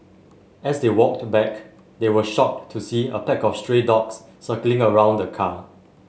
as they walked back they were shocked to see a pack of stray dogs circling around the car